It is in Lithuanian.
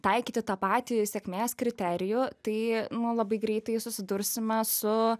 taikyti tą patį sėkmės kriterijų tai nu labai greitai susidursime su